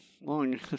long